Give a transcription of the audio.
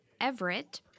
Everett